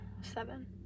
Seven